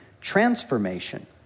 transformation